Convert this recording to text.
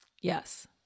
Yes